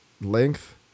length